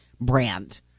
brand